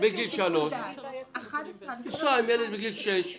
בגיל 3 --- צריך איזשהו שיקול דעת.